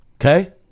Okay